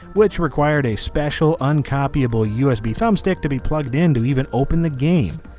which required a special uncopyable usb thumb stick to be plugged in to even open the game.